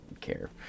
care